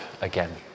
again